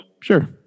Sure